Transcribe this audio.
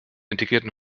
integrierten